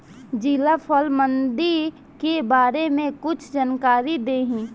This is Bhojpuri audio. जिला फल मंडी के बारे में कुछ जानकारी देहीं?